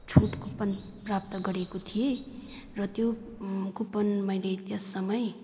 छुट कुपन प्राप्त गरेको थिएँ र त्यो कुपन मैले त्यस समय